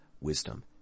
wisdom